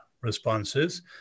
responses